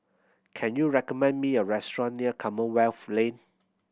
can you recommend me a restaurant near Commonwealth Lane